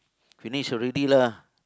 finish already lah